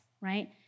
right